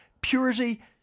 purity